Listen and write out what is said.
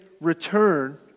return